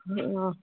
आं